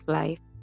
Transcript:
life